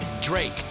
Drake